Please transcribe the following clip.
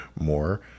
more